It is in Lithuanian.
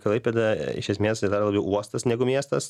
klaipėda iš esmės yra labiau uostas negu miestas